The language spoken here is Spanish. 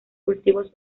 cultivos